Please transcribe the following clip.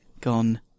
gone